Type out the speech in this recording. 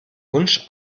wunsch